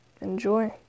enjoy